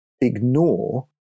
ignore